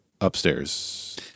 upstairs